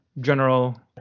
general